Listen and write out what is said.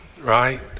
right